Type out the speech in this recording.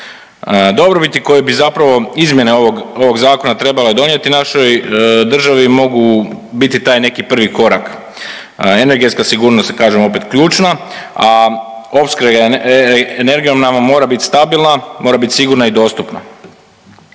Dobrobiti koje bi zapravo izmjene ovog Zakona trebale donijeti našoj državi mogu biti taj neki prvi korak. Energetska sigurnost, kažem opet ključna, a opskrba energijom nam mora biti stabilna, mora biti sigurna i dostupna.